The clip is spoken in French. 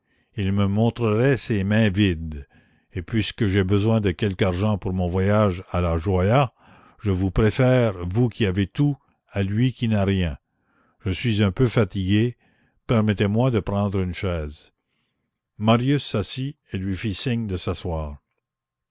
il me montrerait ses mains vides et puisque j'ai besoin de quelque argent pour mon voyage à la joya je vous préfère vous qui avez tout à lui qui n'a rien je suis un peu fatigué permettez-moi de prendre une chaise marius s'assit et lui fit signe de s'asseoir